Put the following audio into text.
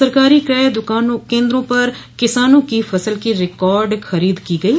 सरकारी क्रय केन्द्रों पर किसानों फसल की रिकार्ड खरीद की गयी